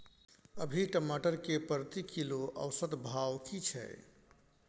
अभी टमाटर के प्रति किलो औसत भाव की छै?